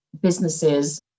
businesses